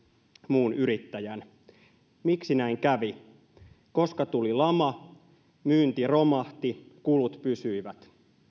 muun yrittäjän miksi näin kävi koska tuli lama myynti romahti kulut pysyivät